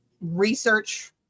research